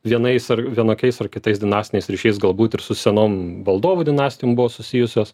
vienais ar vienokiais ar kitais dinastiniais ryšiais galbūt ir su senom valdovų dinastijom buvo susijusios